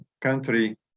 country